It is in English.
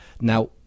Now